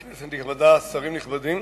כנסת נכבדה, שרים נכבדים,